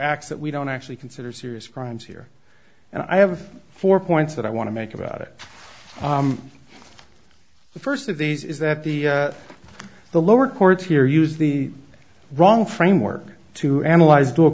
acts that we don't actually consider serious crimes here and i have four points that i want to make about it the first of these is that the the lower courts here use the wrong framework to analyze do